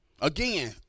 again